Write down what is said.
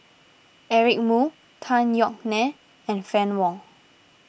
Eric Moo Tan Yeok Nee and Fann Wong